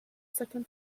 second